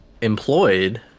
employed